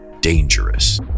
dangerous